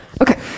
Okay